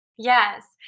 Yes